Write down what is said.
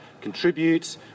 contribute